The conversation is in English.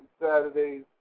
Saturdays